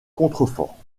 contreforts